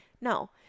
No